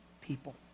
people